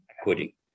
equity